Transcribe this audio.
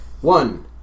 One